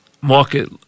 market